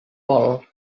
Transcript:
vol